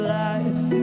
life